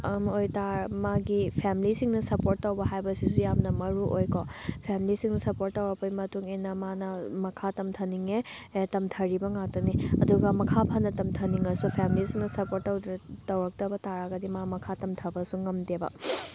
ꯑꯃ ꯑꯣꯏ ꯇꯥꯔ ꯃꯥꯒꯤ ꯐꯦꯃꯤꯂꯤꯁꯤꯡꯅ ꯁꯄꯣꯔꯠ ꯇꯧꯕ ꯍꯥꯏꯕꯁꯤꯁꯨ ꯌꯥꯝꯅ ꯃꯔꯨꯑꯣꯏꯀꯣ ꯐꯦꯃꯤꯂꯤꯁꯤꯡꯅ ꯁꯄꯣꯔꯠ ꯇꯧꯔꯛꯄꯩ ꯃꯇꯨꯡꯏꯟꯅ ꯃꯥꯅ ꯃꯈꯥ ꯇꯝꯊꯅꯤꯡꯉꯦ ꯇꯝꯊꯔꯤꯕ ꯉꯥꯛꯇꯅꯤ ꯑꯗꯨꯒ ꯃꯈꯥ ꯐꯅ ꯇꯝꯊꯅꯤꯡꯁꯨ ꯐꯦꯃꯤꯂꯤꯁꯤꯡꯅ ꯁꯄꯣꯔꯠ ꯇꯧꯗ꯭ꯔ ꯇꯧꯔꯛꯇꯕ ꯇꯥꯔꯒꯗꯤ ꯃꯥ ꯃꯈꯥ ꯇꯝꯊꯕꯁꯨ ꯉꯝꯗꯦꯕ